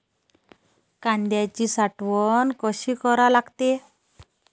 कांद्याची साठवन कसी करा लागते?